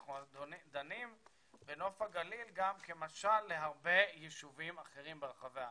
אנחנו דנים בנוף הגליל גם כמשל להרבה ישובים אחרים ברחבי הארץ.